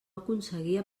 aconseguia